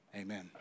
amen